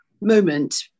moment